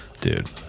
Dude